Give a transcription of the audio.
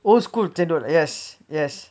old school yes yes